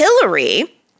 Hillary